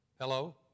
Hello